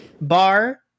bar